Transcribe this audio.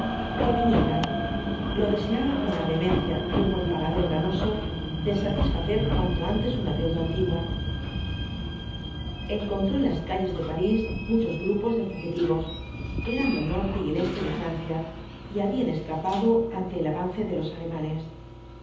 que vinieran lo deseaba con la vehemencia de un buen pagador ganoso de satisfacer cuanto antes una deuda antigua encontró en las calles de parís muchos grupos de fugitivos eran del norte y el este de francia y habían escapado ante el avance de los alemanes